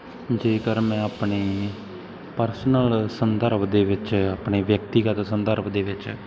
ਜੇਕਰ ਮੈਂ ਆਪਣੇ ਪਰਸਨਲ ਸੰਦਰਭ ਦੇ ਵਿੱਚ ਆਪਣੇ ਵਿਅਕਤੀਗਤ ਸੰਦਰਭ ਦੇ ਵਿੱਚ